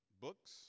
books